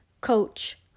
coach